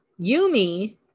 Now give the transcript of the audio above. yumi